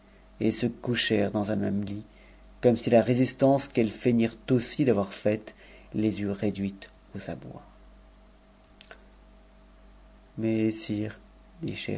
et se couchèrent dans f même lit comme si la résistance qu'elles feignirent aussi d'avoir les eût réduites aux abois j mais sire